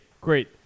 Great